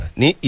ni